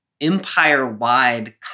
empire-wide